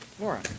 Laura